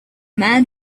man